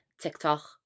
TikTok